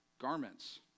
garments